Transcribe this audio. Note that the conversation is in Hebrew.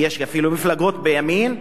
ויש אפילו מפלגות בימין,